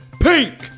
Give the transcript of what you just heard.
Pink